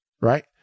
right